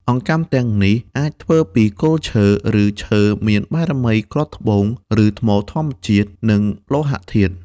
អង្កាំទាំងនេះអាចធ្វើពីឈើគង់ ឬឈើមានបារមី គ្រាប់ត្បូង ឬថ្មធម្មជាតិ និងលោហៈធាតុ។